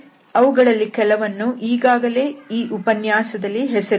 ಅವುಗಳಲ್ಲಿ ಕೆಲವನ್ನು ಈಗಾಗಲೇ ಈ ಉಪನ್ಯಾಸದಲ್ಲಿ ಹೆಸರಿಸಿದ್ದೇವೆ